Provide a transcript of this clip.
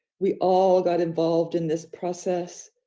we all got involved in this process.